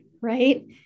right